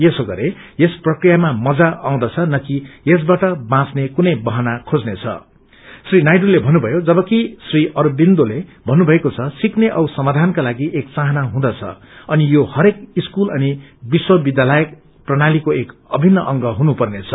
यसो गरे यस प्रक्रियामा मञ्जा आउँदछ न कि यसवाट बाँच्ने कुनै बहाना खेजने छं री नायडूले भन्नुभयो जवकि श्री अरिविन्दोले भन्नुभएको छ सिक्ने औ समाधानका लागि एक चाहना हुँदछ अनि हरेक सकूल अनि विश्वविध्यालय प्रणालीको एक अभिन्न अंग हुनु पेर्नछ